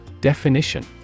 Definition